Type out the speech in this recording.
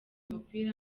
umupira